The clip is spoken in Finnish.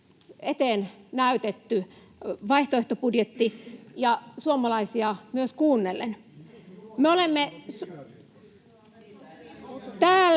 eteen näytetty vaihtoehtobudjetti ja suomalaisia myös kuunnellen.